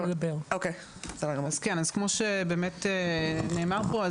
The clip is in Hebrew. כמו שבאמת נאמר פה,